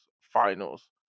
finals